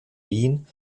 wien